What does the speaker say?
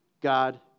God